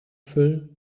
füllen